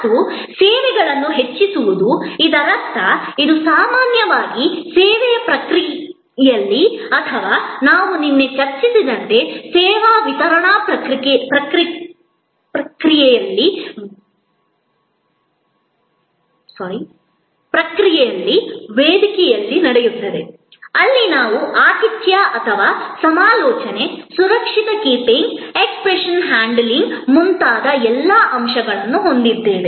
ಮತ್ತು ಸೇವೆಗಳನ್ನು ಹೆಚ್ಚಿಸುವುದು ಇದರರ್ಥ ಇದು ಸಾಮಾನ್ಯವಾಗಿ ಸೇವೆಯ ಪ್ರಕ್ರಿಯೆಯಲ್ಲಿ ಅಥವಾ ನಾವು ನಿನ್ನೆ ಚರ್ಚಿಸಿದಂತೆ ಸೇವಾ ವಿತರಣಾ ಪ್ರಕ್ರಿಯೆಯಲ್ಲಿ ವೇದಿಕೆಯಲ್ಲಿ ನಡೆಯುತ್ತದೆ ಅಲ್ಲಿ ನಾವು ಆತಿಥ್ಯ ಅಥವಾ ಸಮಾಲೋಚನೆ ಸುರಕ್ಷಿತ ಕೀಪಿಂಗ್ ಎಕ್ಸೆಪ್ಶನ್ ಹ್ಯಾಂಡ್ಲಿಂಗ್ ಮುಂತಾದ ಎಲ್ಲಾ ಅಂಶಗಳನ್ನು ಹೊಂದಿದ್ದೇವೆ